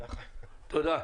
תודה.